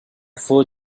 four